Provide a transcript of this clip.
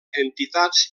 entitats